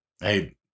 Hey